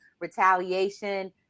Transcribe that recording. retaliation